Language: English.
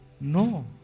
No